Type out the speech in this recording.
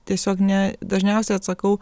tiesiog ne dažniausiai atsakau